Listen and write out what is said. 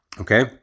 okay